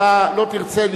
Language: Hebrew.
אתה לא תרצה,